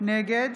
נגד